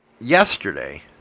yesterday